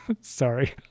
Sorry